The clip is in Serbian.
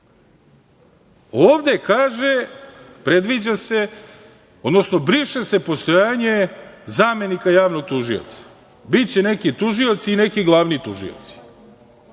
Ovde kaže, predviđa se, odnosno briše se postojanje zamenika javnog tužioca. Biće neki tužilac i neki glavni tužioci.